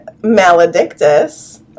maledictus